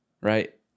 Right